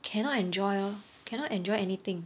cannot enjoy lor cannot enjoy anything